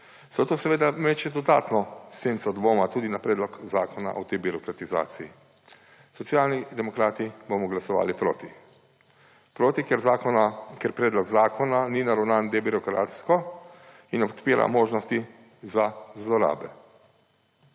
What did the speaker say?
Vse to seveda meče dodatno senco dvoma tudi na Predlog Zakona o debirokratizaciji. Socialni demokrati bomo glasovali proti. Proti, ker zakona, ker predlog zakona ni naravnan debirokratsko in odpira možnosti za zlorabe.